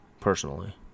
personally